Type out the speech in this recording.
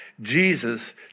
Jesus